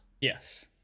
yes